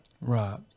Right